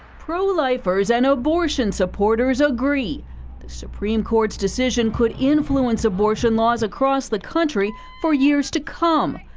pro-lifers and abortion supporters agree the supreme court's decision could influence abortion laws across the country for years to come.